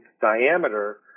diameter